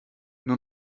nur